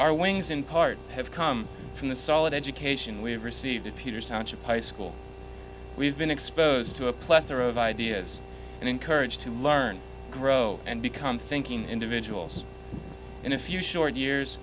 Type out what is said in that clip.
our wings in part have come from the solid education we have received peter's township high school we've been exposed to a plethora of ideas and encouraged to learn grow and become thinking individuals in a few short years